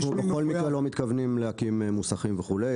אנחנו בכל מקרה לא מתכוונים להקים מוסכים וכו',